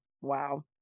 wow